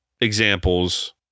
examples